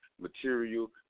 material